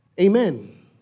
Amen